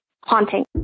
haunting